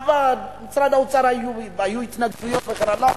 עבד, משרד האוצר, היו התנגדויות וכן הלאה.